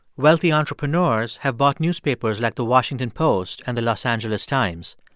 wealthy entrepreneurs have bought newspapers like the washington post and the los angeles times.